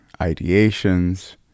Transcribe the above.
ideations